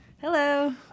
Hello